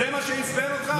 זה מה שעצבן אותך?